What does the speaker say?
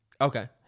okay